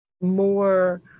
more